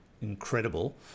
incredible